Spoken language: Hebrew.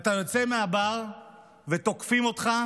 אתה יוצא מהבר ותוקפים אותך,